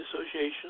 Association